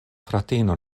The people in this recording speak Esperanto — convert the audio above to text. fratino